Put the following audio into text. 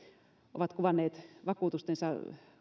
ovat kuvanneet vakuutustensa